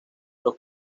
los